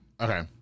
Okay